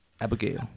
abigail